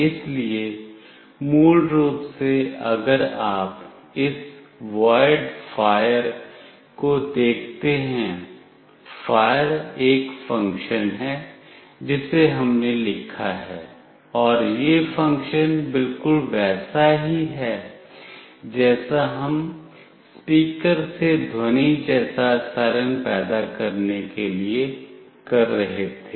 इसलिए मूल रूप से अगर आप इस वॉयड फायर को देखते हैं फायर एक फ़ंक्शन है जिसे हमने लिखा है और यह फ़ंक्शन बिल्कुल वैसा ही है जैसा हम स्पीकर से ध्वनि जैसा सायरन पैदा करने के लिए कर रहे थे